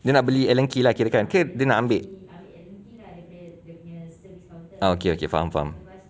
dia nak beli allen key lah kirakan ke dia nak ambil ah okay okay faham faham